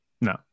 No